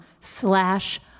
slash